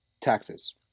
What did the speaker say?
taxes